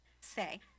say